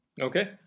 Okay